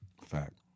Fact